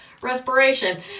respiration